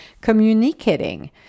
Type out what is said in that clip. communicating